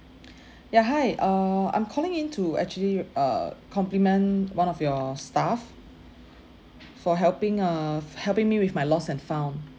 ya hi err I'm calling in to actually uh compliment one of your staff for helping uh f~ helping me with my lost and found